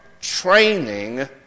training